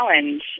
challenge